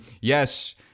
yes